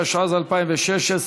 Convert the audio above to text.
התשע"ז 2016,